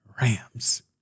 Rams